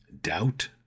doubt